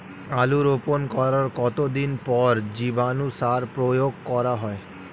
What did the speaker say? আলু রোপণ করার কতদিন পর জীবাণু সার প্রয়োগ করা হয়?